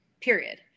period